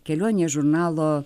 kelionė žurnalo